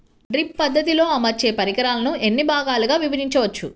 Drip పద్ధతిలో అమర్చే పరికరాలను ఎన్ని భాగాలుగా విభజించవచ్చు?